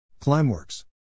Climeworks